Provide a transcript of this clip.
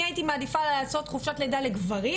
אני הייתי מעדיפה לעשות חופשת לידה לגברים